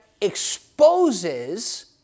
exposes